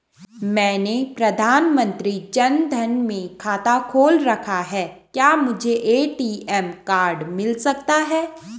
मैंने प्रधानमंत्री जन धन में खाता खोल रखा है क्या मुझे ए.टी.एम कार्ड मिल सकता है?